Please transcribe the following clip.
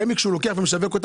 כשרמ"י משווק,